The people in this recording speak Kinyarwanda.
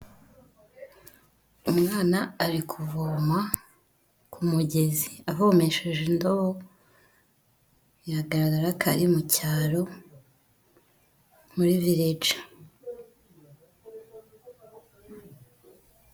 Umwana ari kuvoma ku mugezi avomesheje indobo biragarara ko ari mucyaro muri vireji.